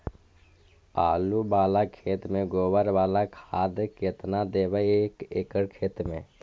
आलु बाला खेत मे गोबर बाला खाद केतना देबै एक एकड़ खेत में?